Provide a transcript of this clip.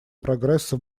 прогресса